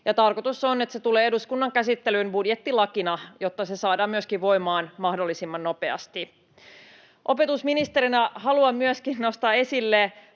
tarkoitus on, että se tulee eduskunnan käsittelyyn budjettilakina, jotta se saadaan voimaan mahdollisimman nopeasti. Opetusministerinä haluan myöskin nostaa esille